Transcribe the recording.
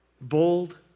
bold